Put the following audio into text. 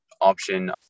option